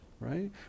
right